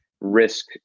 risk